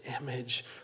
image